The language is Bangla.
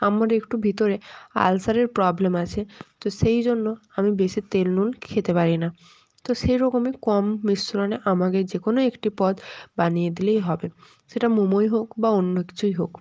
আমার একটু ভিতরে আলসারের প্রবলেম আছে তো সেই জন্য আমি বেশি তেল নুন খেতে পারি না তো সেরকমই কম মিশ্রণে আমাকে যে কোনো একটি পদ বানিয়ে দিলেই হবে সেটা মোমোই হোক বা অন্য কিছুই হোক